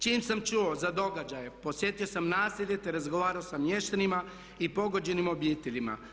Čim sam čuo za događaje, posjetio sam naselje te razgovarao sa mještanima i pogođenim obiteljima.